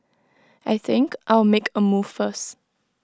I think I'll make A move first